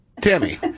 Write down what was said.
Tammy